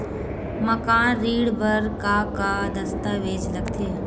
मकान ऋण बर का का दस्तावेज लगथे?